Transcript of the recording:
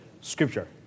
Scripture